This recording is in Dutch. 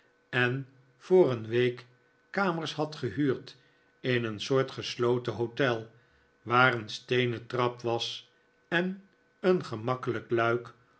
en voor een week kamers had gehuurd in een soort gesloten hotel waar een steenen trap was en een gemakkelijk luik